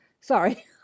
Sorry